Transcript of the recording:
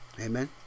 Amen